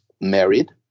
married